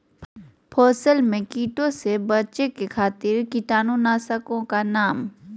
फसल में कीटों से बचे के कीटाणु नाशक ओं का नाम?